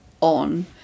on